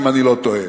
אם אני לא טועה.